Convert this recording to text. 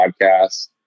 podcast